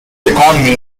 economy